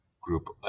group